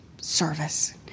service